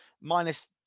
Minus